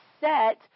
set